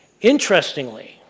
Interestingly